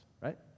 right